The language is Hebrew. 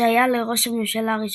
שהיה לראש הממשלה הראשון.